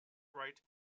write